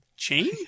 Chain